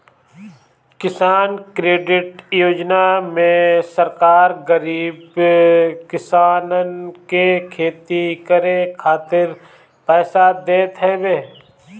किसान क्रेडिट योजना में सरकार गरीब किसानन के खेती करे खातिर पईसा देत हवे